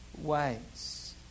ways